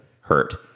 hurt